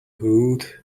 root